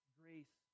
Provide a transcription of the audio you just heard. grace